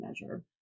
measure